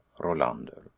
Rolander